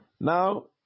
Now